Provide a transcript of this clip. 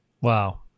Wow